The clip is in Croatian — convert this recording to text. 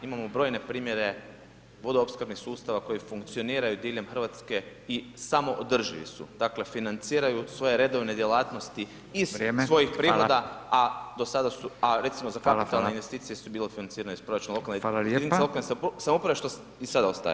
Imamo brojne primjere vodoopskrbnih sustava koji funkcioniraju diljem Hrvatske i samoodrživi su, dakle financiraju svoje redovne djelatnosti iz svojih prihoda a do sada su, a recimo za kapitalne investicije bile financirane iz proračuna jedinica lokalne samouprave što i sada ostaje.